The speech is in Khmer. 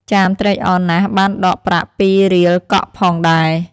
ចាមត្រេកអរណាស់បានដកប្រាក់ ២ រៀលកក់ផងដែរ។